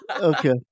Okay